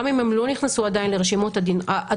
גם אם הן לא נכנסו עדיין לרשימות אדומות,